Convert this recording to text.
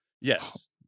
Yes